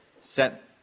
set